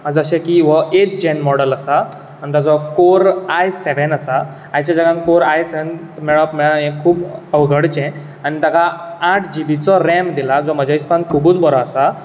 जशें की हो एठ जेन मॉडल आसा आनी ताजो कोर आय सेवेन आसा आयच्या जगान कोर आय सेवेन मेळ्ळा हे खूब अवघडचे आनी ताका आठ जिबीचो रॅम दिला जो म्हाज्या हिसपान खुबूच बरो आसा